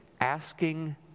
asking